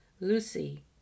Lucy